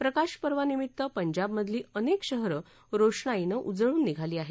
प्रकाश पर्वानिमित्त पंजाबमधली अनेक शहरं रोषणाईनं उजळून निघाली आहेत